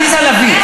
עליזה לביא,